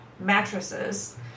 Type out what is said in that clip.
mattresses